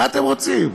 מה אתם רוצים?